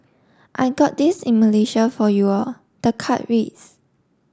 I got this in Malaysia for you all the card reads